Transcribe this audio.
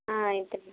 ಹಾಂ ಆಯ್ತು ರೀ